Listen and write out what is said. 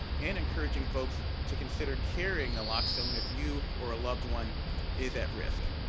and encouraging folks to consider carrying naloxone if you or a loved one is at risk.